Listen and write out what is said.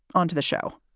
onto the show